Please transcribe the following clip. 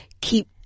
keep